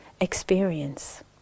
experience